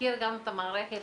הגליל המערבי,